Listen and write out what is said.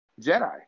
Jedi